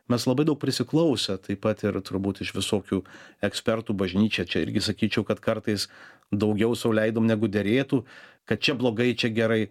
mes labai daug prisiklausę taip pat ir turbūt iš visokių ekspertų bažnyčia čia irgi sakyčiau kad kartais daugiau sau leidom negu derėtų kad čia blogai čia gerai